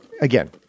again